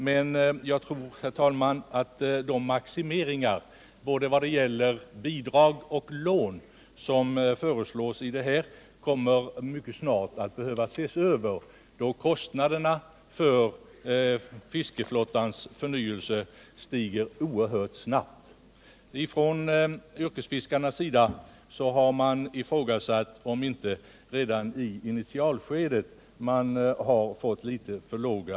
Men jag tror, herr tälman, att de maximeringar som föreslås då det gäller både bidrag och lån mycket snart kommer att behöva ses över, då kostnaderna för en förnyelse av fiskeflottan stiger oerhört snabbt. Från yrkesfiskarnas sida har ifrågasatts om inte summorna redan i initialskedet är för låga.